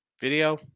Video